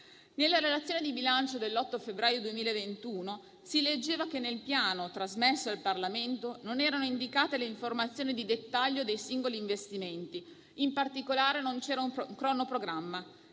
Nella relazione di bilancio dell'8 febbraio 2021 si leggeva che, nel Piano trasmesso al Parlamento, non erano indicate le informazioni di dettaglio dei singoli investimenti; in particolare non c'erano un cronoprogramma,